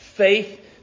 Faith